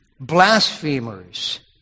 blasphemers